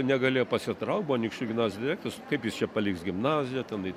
negalėjo pasitraukt buvo anykščių gimnazijos direktorius kaip jis čia paliks gimnaziją tenai